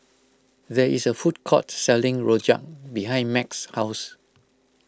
there is a food court selling Rojak behind Meg's house